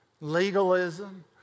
legalism